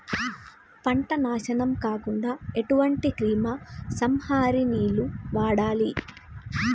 పంట నాశనం కాకుండా ఎటువంటి క్రిమి సంహారిణిలు వాడాలి?